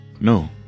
No